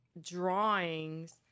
drawings